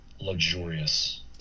luxurious